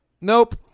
nope